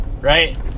right